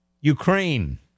Ukraine